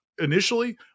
initially